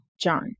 John